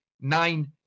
nine